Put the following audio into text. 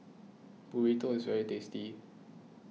Burrito is very tasty